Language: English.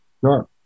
Sure